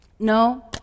No